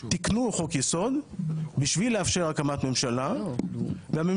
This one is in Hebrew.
תיקנו חוק יסוד בשביל לאפשר הקמת ממשלה והממשלה